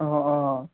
অঁ অঁ